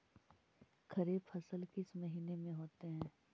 खरिफ फसल किस महीने में होते हैं?